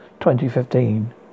2015